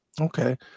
Okay